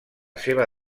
seva